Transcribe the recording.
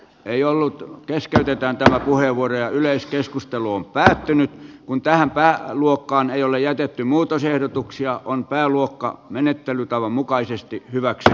ei ollut keskeytetäänkö puheenvuoroja yleiskeskustelu on päättynyt kuin tähän päättöluokkaan ei ole jätetty muutosehdotuksia on pääluokka menettelytavan mukaisesti hyväkseen